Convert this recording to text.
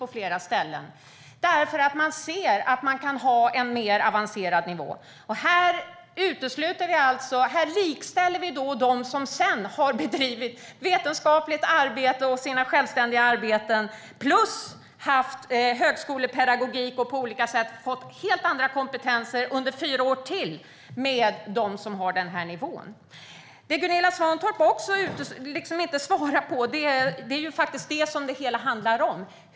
Utbildningstiden är förkortad, för man ser att man kan ha en mer avancerad nivå. Här likställer vi dem som har bedrivit vetenskapligt arbete, självständigt arbete och haft högskolepedagogik och på olika sätt fått helt andra kompetenser under fyra års ytterligare studier med dem som har en mycket lägre nivå. Gunilla Svantorp svarar heller inte på den centrala frågan hur vi får in lärarna i klassrummet. Det är ju faktiskt detta som det hela handlar om.